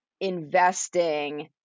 investing